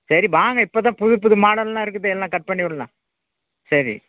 சரி வாங்க இப்போ தான் புது புது மாடலெலாம் இருக்குது எல்லாம் கட் பண்ணி விடலாம் சரி